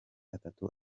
atatu